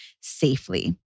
safely